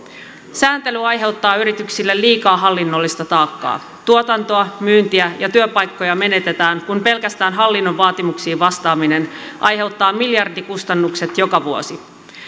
sääntely aiheuttaa yrityksille liikaa hallinnollista taakkaa tuotantoa myyntiä ja työpaikkoja menetetään kun pelkästään hallinnon vaatimuksiin vastaaminen aiheuttaa miljardikustannukset joka vuosi